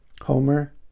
Homer